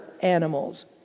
animals